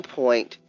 point